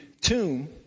tomb